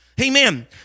Amen